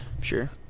Sure